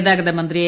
ഗതാഗതമന്ത്രി എ